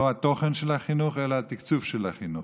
לא התוכן של החינוך אלא התקצוב של החינוך.